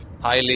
highly